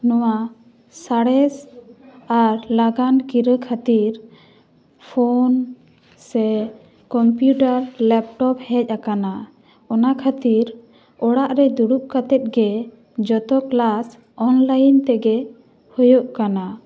ᱱᱚᱣᱟ ᱥᱟᱬᱮᱥ ᱟᱨ ᱞᱟᱜᱟᱱ ᱠᱤᱨᱟᱹ ᱠᱷᱟᱹᱛᱤᱨ ᱯᱷᱳᱱ ᱥᱮ ᱠᱚᱢᱯᱤᱭᱩᱴᱟᱨ ᱞᱮᱯᱴᱚᱯ ᱦᱮᱡ ᱟᱠᱟᱱᱟ ᱚᱱᱟ ᱠᱷᱟᱹᱛᱤᱨ ᱚᱲᱟᱜ ᱨᱮ ᱫᱩᱲᱩᱵ ᱠᱟᱛᱮᱫ ᱜᱮ ᱡᱚᱛᱚ ᱠᱮᱞᱟᱥ ᱚᱱᱞᱟᱭᱤᱱ ᱛᱮᱜᱮ ᱦᱩᱭᱩᱜ ᱠᱟᱱᱟ